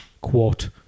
quote